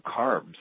carbs